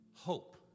hope